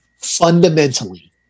fundamentally